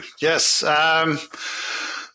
Yes